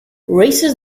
races